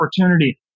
opportunity